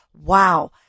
Wow